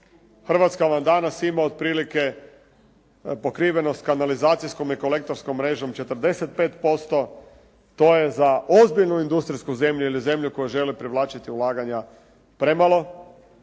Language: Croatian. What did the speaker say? Hrvatska vam danas ima otprilike pokrivenost kanalizacijskom i kolektorskom mrežom 45%. To je za ozbiljnu industrijsku zemlju ili zemlju koja želi privlačiti ulaganja premalo